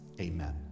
Amen